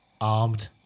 Armed